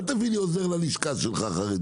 אל תביא לי עוזר חרדי ללשכה שלך.